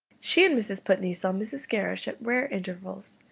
she and mrs. putney saw mrs. gerrish at rare intervals,